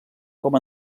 com